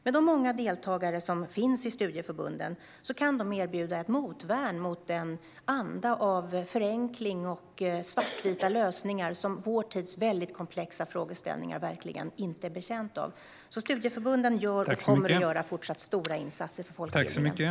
Med de många deltagare som finns i studieförbunden kan de erbjuda motvärn mot den anda av förenkling och svartvita lösningar som vår tids komplexa frågeställningar verkligen inte är betjänta av, så studieförbunden gör och kommer fortsatt att göra stora insatser för folkbildningen.